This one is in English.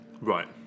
Right